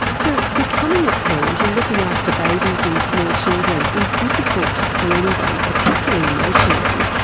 so becoming a parent and looking after babies and small children is difficult for anyone, particularly emotionally,